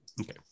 okay